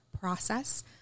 process